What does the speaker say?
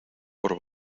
por